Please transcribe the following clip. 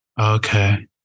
Okay